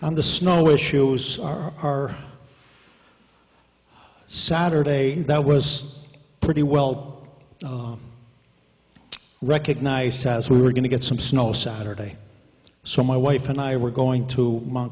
on the snow issues are saturdays that was pretty well recognized as we were going to get some snow saturday so my wife and i were going to mount